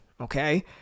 okay